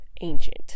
ancient